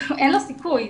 אין לו סיכוי.